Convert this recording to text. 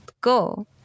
go